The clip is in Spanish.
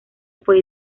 fue